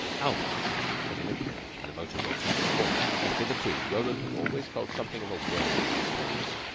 albert was a mechanic in the motor-works round the corner, and hitherto roland had always felt something of a worm in his presence.